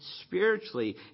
spiritually